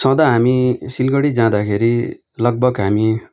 सदा हामी सिलगढी जाँदाखेरि लगभग हामी